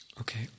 Okay